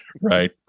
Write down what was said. Right